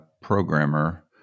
programmer